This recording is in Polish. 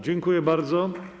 Dziękuję bardzo.